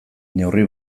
neurri